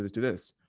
this, do this,